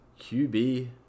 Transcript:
qb